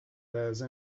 those